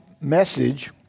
message